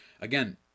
again